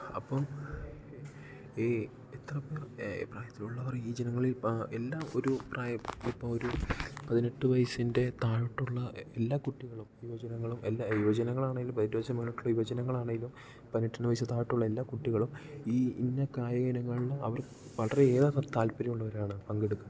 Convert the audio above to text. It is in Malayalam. അപ്പം ഈ എത്ര പ്രായത്തിലുള്ളവർ ഈ ജനങ്ങളിൽ എല്ലാം ഒരു പ്രായം ഇപ്പോൾ ഒരു പതിനെട്ട് വയസ്സിൻ്റെ താഴോട്ടുള്ള എല്ലാ കുട്ടികളും ഈ യുവജനങ്ങളും എല്ലാ യുവജനങ്ങളാണെങ്കിലും പതിനെട്ട് വയസ്സിനു മേലോട്ടുള്ള യുവജനങ്ങളാണെങ്കിലും പതിനെട്ടു വയസ്സിന് താഴോട്ടുള്ള എല്ലാ കുട്ടികളും ഈ ഇന്ന കായിക ഇനങ്ങളിൽ അവർ വളരെ ഏറെ താൽപര്യമുള്ളവരാണ് പങ്കെടുക്കുന്നത്